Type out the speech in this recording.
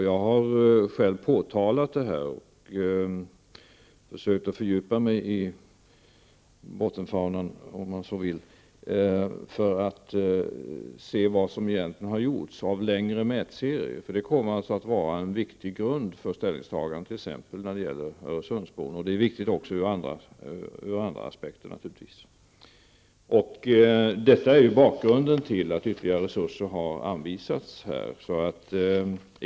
Jag har själv påtalat problemet och försökt fördjupa mig i det problem som rör bottenfaunan för att se vilka längre mätserier som egentligen har utförts. Detta kommer nämligen att vara en viktig grund för ställningstagande t.ex. när det gäller Öresundsbron, och det är naturligtvis också viktigt ur andra aspekter. Detta är bakgrunden till att ytterligare resurser har anvisats.